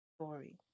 story